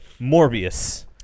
Morbius